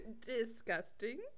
Disgusting